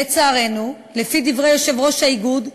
לצערנו, לפי דברי יושב-ראש האיגוד,